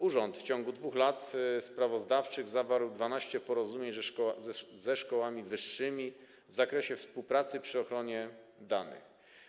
Urząd w ciągu 2 lat sprawozdawczych zawarł 12 porozumień ze szkołami wyższymi w zakresie współpracy przy ochronie danych.